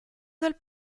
del